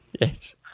Yes